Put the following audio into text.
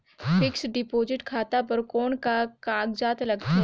Fixed deposit खाता बर कौन का कागजात लगथे?